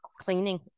cleaning